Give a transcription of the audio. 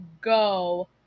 go